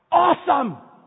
awesome